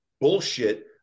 bullshit